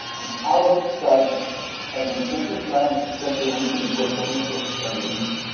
his outlook brightened and he was making plans to spend the winter in puerto rico by the beach.